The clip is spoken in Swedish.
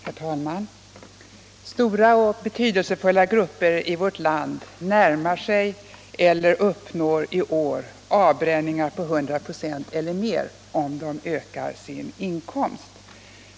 Herr talman! Stora och betydelsefulla grupper i vårt land närmar sig eller uppnår i år avbränningar på 100 96 eller mer, om de ökar sin inkomst.